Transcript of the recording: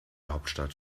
hauptstadt